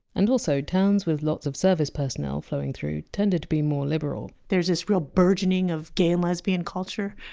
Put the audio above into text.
and so towns with lots of service personnel flowing through tended to be more liberal there's this real burgeoning of gay and lesbian culture.